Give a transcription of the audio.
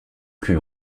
plus